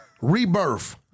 Rebirth